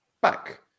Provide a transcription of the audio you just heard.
back